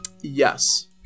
Yes